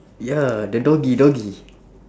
ya the doggy doggy